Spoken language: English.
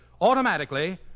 automatically